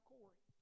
Corey